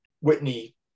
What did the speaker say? Whitney